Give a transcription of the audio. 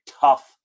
tough